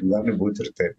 gali būt ir taip